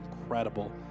incredible